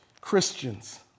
Christians